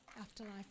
Afterlife